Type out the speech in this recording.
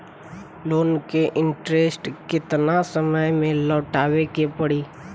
Loan के interest केतना समय में लौटावे के पड़ी?